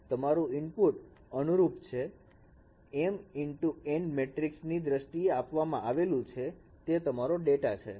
તમારું ઇનપુટ અનુરૂપ ઇનપુટ છે છે m x n મેટ્રિકસ ની દ્રષ્ટિએ આપવામાં આવે છે તે તમારો ડેટા છે